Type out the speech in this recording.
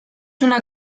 una